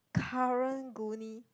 Karang-Guni